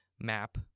map